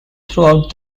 throughout